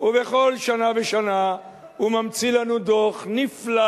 ובכל שנה ושנה הוא ממציא לנו דוח נפלא